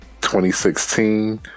2016